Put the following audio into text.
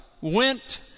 went